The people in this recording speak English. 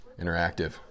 interactive